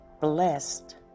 Blessed